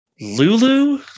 Lulu